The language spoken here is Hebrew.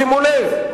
שימו לב,